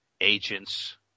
agents